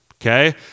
Okay